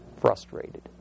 frustrated